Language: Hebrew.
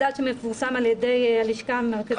מדד שמפורסם על ידי השלכה המרכזית לסטטיסטיקה.